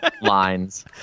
lines